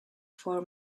for